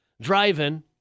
driving